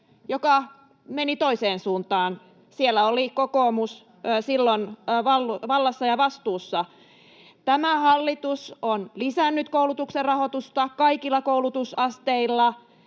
joka meni toiseen suuntaan. Siellä oli kokoomus silloin vallassa ja vastuussa. Tämä hallitus on lisännyt koulutuksen rahoitusta kaikilla koulutusasteilla.